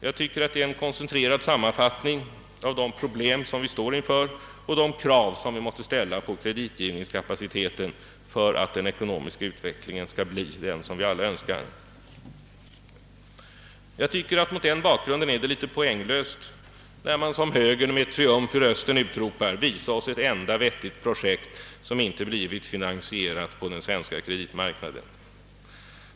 Jag tycker att det är en koncentrerad sammanfattning av de problem vi står inför och de krav vi måste ställa på kreditgivningskapaciteten för att den ekonomiska utvecklingen skall bli den vi alla önskar. Mot den bakgrunden tycker jag det är litet poänglöst när man som högern med triumf i rösten utropar: Visa oss ett enda vettigt projekt som inte blivit finansierat på den svenska kapitalmarknaden!